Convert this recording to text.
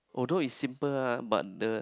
although is simple lah but the